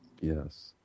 Yes